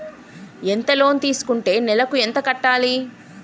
ఎంత లోన్ తీసుకుంటే నెలకు ఎంత కట్టాలి?